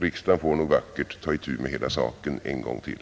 Riksdagen får nog vackert ta itu med hela saken en gång till.